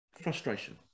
frustration